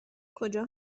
کجا